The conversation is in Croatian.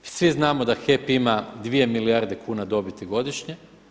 Svi znamo da HEP ima dvije milijarde kuna dobiti godišnje.